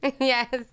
Yes